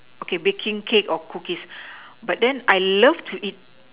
okay baking cake or cookies but then I love to eat